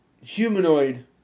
humanoid